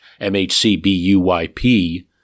MHCBUYP